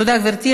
תודה, גברתי.